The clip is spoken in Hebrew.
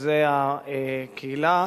שזה הקהילה,